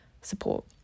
support